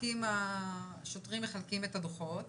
הרי השוטרים מחלקים את הדוחות